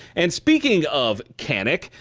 and speaking of canik,